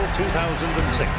2006